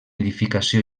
edificació